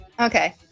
Okay